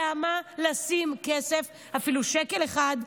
למה לשים כסף, אפילו שקל אחד,